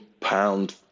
pound